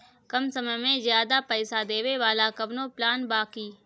कम समय में ज्यादा पइसा देवे वाला कवनो प्लान बा की?